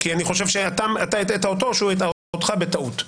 אני חושב שאתה הטעית אותו או שהוא בטעות הטעה אותך.